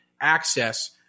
access